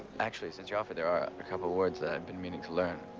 actually, since you've offered, there are a couple of words that i've been meaning to learn.